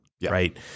Right